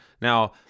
Now